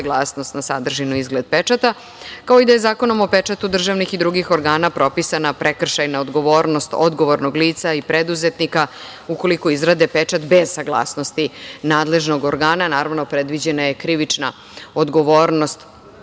saglasnost na sadržinu i izgled pečata, kao i da je Zakonom o pečatu državnih i drugih organa propisana prekršajna odgovornost odgovornog lica i preduzetnika, ukoliko izrade pečat bez saglasnosti nadležnog organa, naravno, predviđena je krivična odgovornost